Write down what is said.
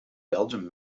belgium